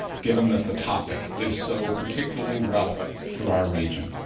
given that the topic is so particularly relevant to our region,